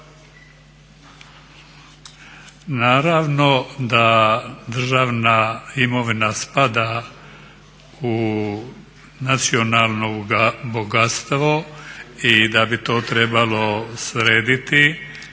Naravno da državna imovina spada u nacionalno bogatstvo i da bi to trebalo srediti